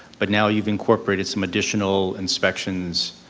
but now you've incorporated some additional inspections,